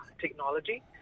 technology